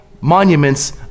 monuments